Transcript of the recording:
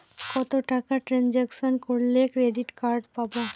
কত টাকা ট্রানজেকশন করলে ক্রেডিট কার্ড পাবো?